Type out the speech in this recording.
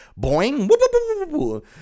boing